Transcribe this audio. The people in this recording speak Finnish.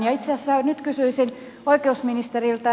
itse asiassa nyt kysyisin oikeusministeriltä